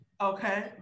Okay